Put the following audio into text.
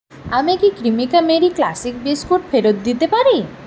আমি কি Cremica Marie classic biscuit ফেরত দিতে পারি